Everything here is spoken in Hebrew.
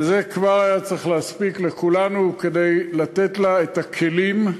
וזה כבר היה צריך להספיק לכולנו כדי לתת לה את הכלים,